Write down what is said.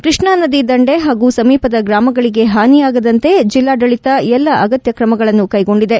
ಕೃಷ್ಣಾನದಿ ದಂಡೆ ಹಾಗೂ ಸಮೀಪದ ಗ್ರಾಮಗಳಿಗೆ ಹಾನಿಯಾಗದಂತೆ ಜಿಲ್ಲಾಡಳಿತ ಎಲ್ಲಾ ಅಗತ್ಯ ಕ್ರಮಗಳನ್ನು ಕೈಗೊಂಡಿದೆ